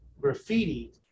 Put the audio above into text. graffiti